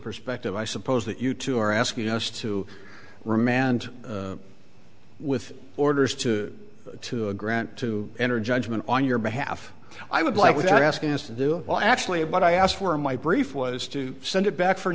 perspective i suppose that you too are asking us to remand with orders to to a grant to enter judgment on your behalf i would like without asking is to do well actually but i asked for in my brief was to send it back for